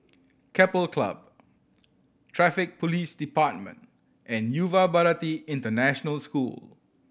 Keppel Club Traffic Police Department and Yuva Bharati International School